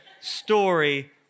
story